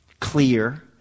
clear